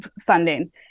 funding